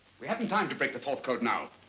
we haven't time to break the fourth code now.